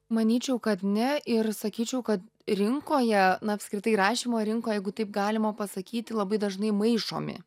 manyčiau kad ne ir sakyčiau kad rinkoje na apskritai rašymo rinkoj jeigu taip galima pasakyti labai dažnai maišomi